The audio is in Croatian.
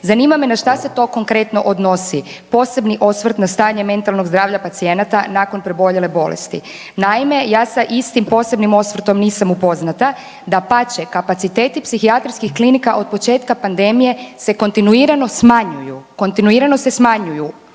zanima me na šta se to konkretno odnosi? Posebni osvrt na stanje mentalnog zdravlja pacijenata nakon preboljele bolesti. Naime, ja sa istim posebnim osvrtom nisam upoznata, dapače, kapaciteti psihijatrijskih klinika od početka pandemije se kontinuirano smanjuju, kontinuirano se smanjuju,